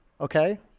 okay